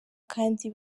kandi